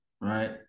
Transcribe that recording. Right